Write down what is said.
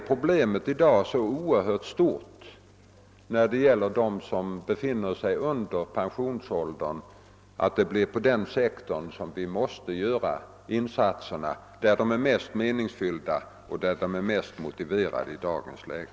Problemet med dem som befinner sig under pensionsåldern synes mig i dag så oerhört stort att jag anser att det är på den sektorn som vi måste göra insatserna. Där är dessa mest meningsfyllda och mest motiverade i dagens läge.